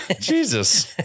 Jesus